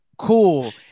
Cool